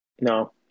No